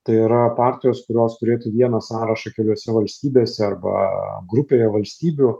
tai yra partijos kurios turėtų vieną sąrašą keliose valstybėse arba grupėje valstybių